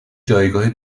جایگاه